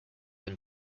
been